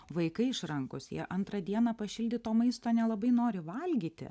vaikai išrankūs jie antrą dieną pašildyto maisto nelabai nori valgyti